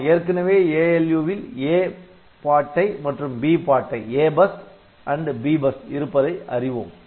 நாம் ஏற்கனவே ALU வில் A பாட்டை மற்றும் B பாட்டை இருப்பதை அறிவோம்